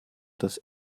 das